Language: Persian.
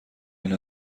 این